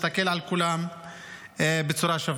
ולכן חשוב מאוד שאנחנו נסתכל על כולם בצורה שווה.